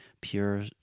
pure